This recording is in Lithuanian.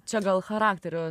čia gal charakterio